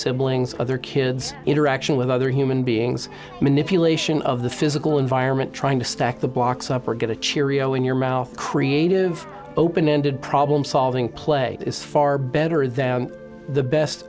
siblings other kids interaction with other human beings manipulation of the physical environment trying to stack the blocks up or get a cheerio in your mouth creative open ended problem solving play is far better than the best